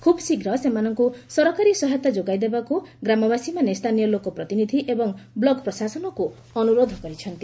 ଖୁବ୍ଶୀଘ୍ର ସେମାନଙ୍କୁ ସରକାରୀ ସହାୟତା ଯୋଗାଇଦେବାକୁ ଗ୍ରାମବାସୀମାନେ ସ୍ଥାନୀୟ ଲୋକପ୍ରତିନିଧି ଏବଂ ବ୍ଲକ ପ୍ରଶାସନକୁ ଅନୁରୋଧ କରିଛନ୍ତି